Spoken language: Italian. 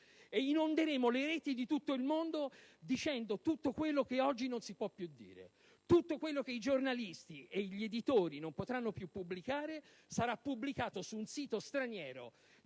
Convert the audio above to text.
e inonderemo le reti di tutto il mondo dicendo tutto quello che oggi non si può più dire. Tutto ciò che i giornalisti e gli editori non potranno più pubblicare sarà pubblicato su un sito straniero,